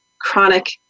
chronic